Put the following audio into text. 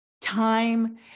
time